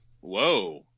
Whoa